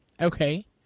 Okay